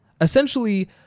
Essentially